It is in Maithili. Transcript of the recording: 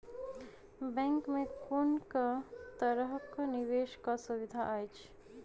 बैंक मे कुन केँ तरहक निवेश कऽ सुविधा अछि?